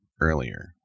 earlier